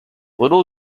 little